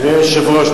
אדוני היושב-ראש,